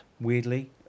Weirdly